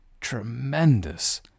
tremendous